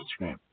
Instagram